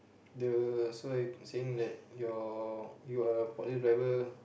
the so you saying that your you are a forklift driver